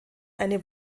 eine